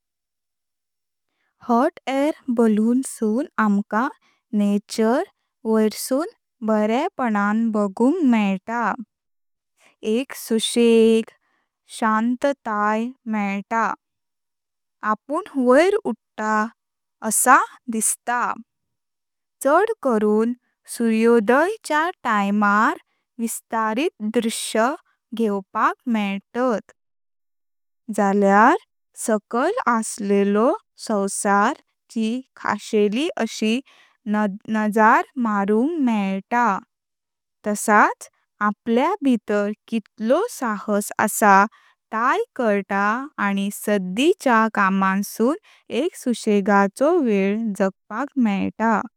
Hot air balloon सून आमका nature वैरसून बर्यापणां बगुंक मेलता। एक सुषेग, शांत्ताय मेळता। आपुण वैर उडता अशे दिसता। छड करून सुर्योदय च्या टाइम अर विस्तारित दृश्य घेवपाक मेंलतात, जालयार सकाळ आसलो संसार ची खासहेली अशी नजर मारुंक मेळता तसाच आपल्या भीतर कितलो साहस असा ताय कलता आनी सदी च्या कामनसून एक सुषेगाचो वेल जगपाक मेळता।